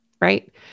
Right